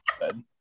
good